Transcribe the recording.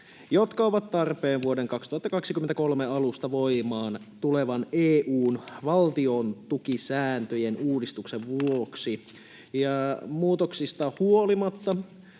jotka ovat tarpeen vuoden 2023 alusta voimaan tulevan EU:n valtiontukisääntöjen uudistuksen vuoksi. Muutoksista huolimatta